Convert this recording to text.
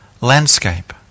landscape